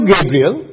Gabriel